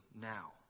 now